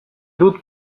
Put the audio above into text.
dut